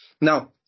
Now